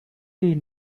you